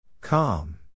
Calm